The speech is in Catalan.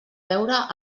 veure